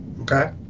Okay